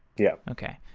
yeah okay.